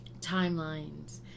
timelines